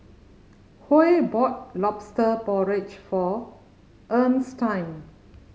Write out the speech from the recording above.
Huey bought Lobster Porridge for Earnestine